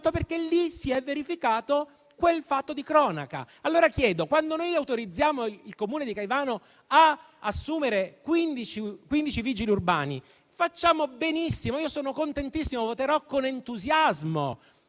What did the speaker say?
perché lì si è verificato quel fatto di cronaca. Mi pongo una domanda, allora. Quando noi autorizziamo il Comune di Caivano ad assumere 15 vigili urbani, facciamo benissimo, sono contentissimo e voterò con entusiasmo